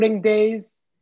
days